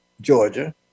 Georgia